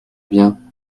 bien